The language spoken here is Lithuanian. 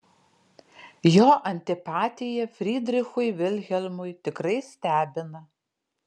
jo antipatija frydrichui vilhelmui tikrai stebina